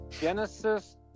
genesis